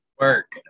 Work